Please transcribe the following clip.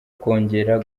kongera